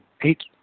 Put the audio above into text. eight